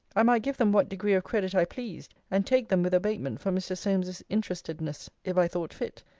i might give them what degree of credit i pleased and take them with abatement for mr. solmes's interestedness, if i thought fit.